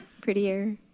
Prettier